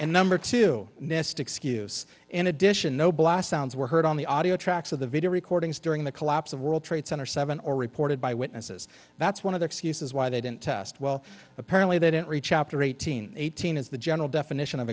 and number two missed excuse in addition no blast sounds were heard on the audio tracks of the video recordings during the collapse of world trade center seven or reported by witnesses that's one of the excuses why they didn't test well apparently they didn't reach operate teen eighteen is the general definition of